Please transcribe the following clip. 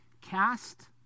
Cast